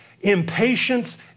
Impatience